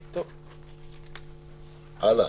הלאה.